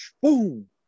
boom